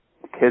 kids